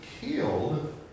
killed